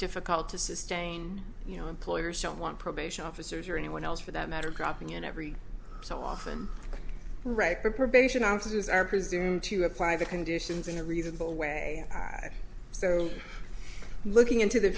difficult to sustain you know employers don't want probation officers or anyone else for that matter dropping in every so often right her probation officers are presumed to apply the conditions in a reasonable way so looking into the